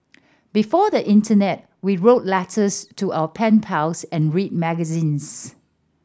before the internet we wrote letters to our pen pals and read magazines